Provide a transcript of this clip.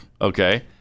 Okay